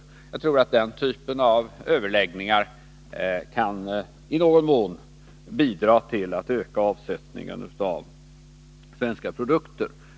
Jag tror att den typen av överläggningar i någon mån kan bidra till att öka avsättningen av svenska produkter.